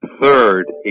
Third